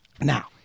Now